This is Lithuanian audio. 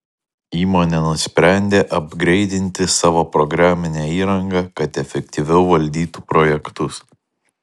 įmonė nusprendė apgreidinti savo programinę įrangą kad efektyviau valdytų projektus